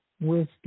wisdom